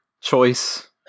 choice